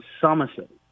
Somerset